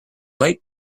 light